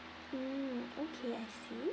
mm okay I see